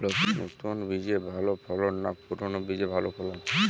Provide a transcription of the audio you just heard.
নতুন বীজে ভালো ফলন না পুরানো বীজে ভালো ফলন?